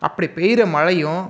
அப்படி பெய்கிற மழையும்